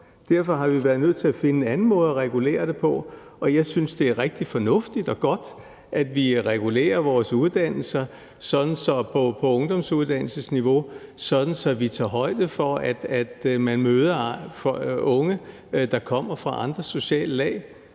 Derfor har vi været nødt til at finde en anden måde at regulere det på, og jeg synes, det er rigtig fornuftigt og godt, at vi regulerer vores uddannelser på ungdomsuddannelsesniveau, så vi tager højde for, at man møder unge, der kommer fra andre sociale lag.